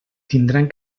tindran